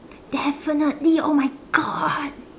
definitely oh my God